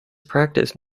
practice